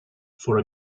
for